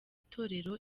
itorero